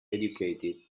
educated